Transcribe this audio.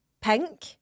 pink